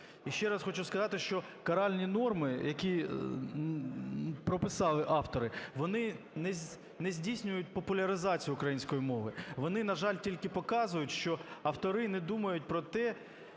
І ще раз хочу сказати, що каральні норми, які прописали автори, вони не здійснюють популяризацію української мови, вони, на жаль, тільки показують, що автори не думають про те,